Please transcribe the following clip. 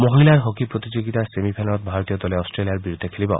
মহিলা হকী প্ৰতিযোগিতাৰ ছেমি ফাইনেলত ভাৰতীয় দলে অট্টেলিয়াৰ বিৰুদ্ধে খেলিব